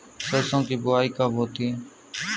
सरसों की बुआई कब होती है?